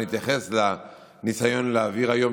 אני אתייחס לניסיון להעביר היום